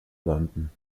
london